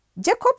Jacob